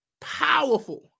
Powerful